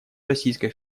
российской